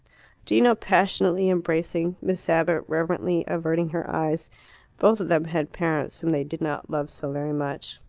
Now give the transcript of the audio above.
gino passionately embracing, miss abbott reverently averting her eyes both of them had parents whom they did not love so very much.